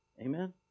Amen